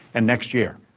and next year.